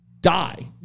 die